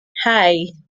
hey